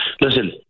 Listen